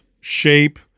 shape